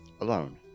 Alone